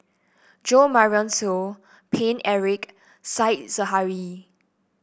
Jo Marion Seow Paine Eric Said Zahari